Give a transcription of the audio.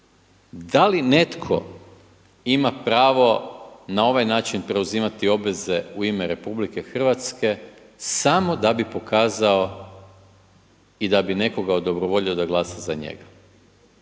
Da li netko ima pravo na ovaj način preuzimati obveza u ime RH samo da bi pokazao i da bi nekoga odobrovoljio da glasa za njega?